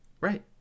Right